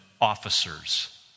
officers